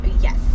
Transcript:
yes